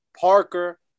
parker